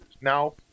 now